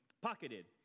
pocketed